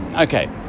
okay